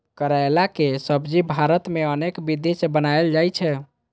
करैलाक सब्जी भारत मे अनेक विधि सं बनाएल जाइ छै